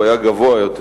הוא היה גבוה יותר,